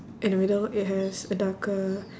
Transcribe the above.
in the middle it has a darker